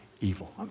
evil